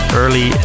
early